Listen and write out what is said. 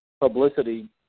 publicity